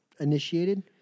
initiated